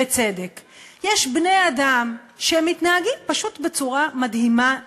בצדק יש בני-אדם שמתנהגים פשוט בצורה מדהימה לבני-אדם,